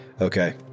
Okay